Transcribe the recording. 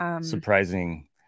surprising